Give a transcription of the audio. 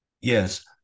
yes